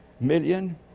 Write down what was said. million